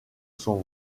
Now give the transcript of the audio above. son